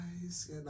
guys